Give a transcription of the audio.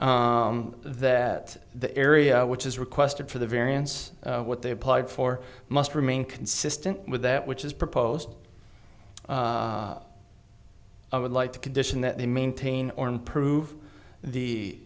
be that the area which is requested for the variance what they applied for must remain consistent with that which is proposed i would like the condition that they maintain or improve the